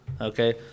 Okay